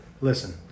listen